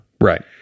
Right